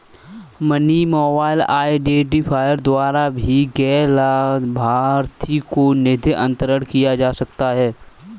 money mobile identifier द्वारा भी गैर लाभार्थी को निधि अंतरण किया जा सकता है